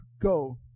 go